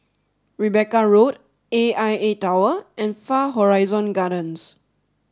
Rebecca Road A I A Tower and Far Horizon Gardens